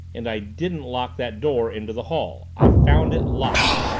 and i didn't lock that door into the hall. i found it locked!